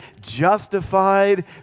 justified